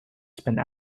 spend